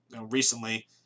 recently